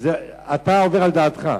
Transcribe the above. אתה עובר על דעתך.